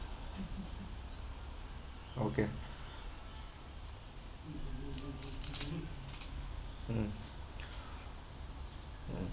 okay mm mm